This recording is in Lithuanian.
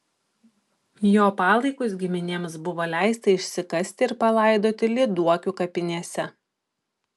jo palaikus giminėms buvo leista išsikasti ir palaidoti lyduokių kapinėse